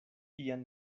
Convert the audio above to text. ian